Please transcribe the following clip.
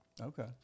Okay